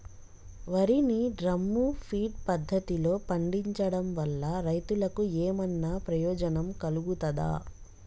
వరి ని drum feed పద్ధతిలో పండించడం వల్ల రైతులకు ఏమన్నా ప్రయోజనం కలుగుతదా?